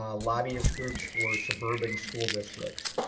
ah lobbyist groups were suburban school districts.